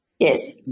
Yes